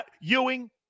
Ewing